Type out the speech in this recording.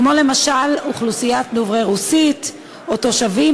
כמו למשל אוכלוסיית דוברי הרוסית או תושבים